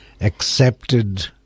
accepted